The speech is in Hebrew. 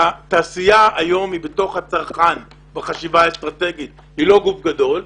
התעשייה היום היא בתוך הצרכן בחשיבה האסטרטגית והיא לא גוף גדול.